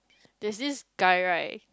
there's this guy right